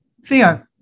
Theo